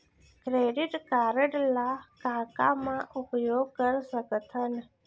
Credit card ला का का मा उपयोग कर सकथन?